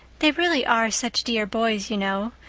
they really are such dear boys, you know.